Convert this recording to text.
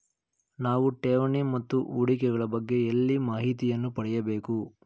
ನಾವು ಠೇವಣಿ ಮತ್ತು ಹೂಡಿಕೆ ಗಳ ಬಗ್ಗೆ ಎಲ್ಲಿ ಮಾಹಿತಿಯನ್ನು ಪಡೆಯಬೇಕು?